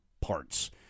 parts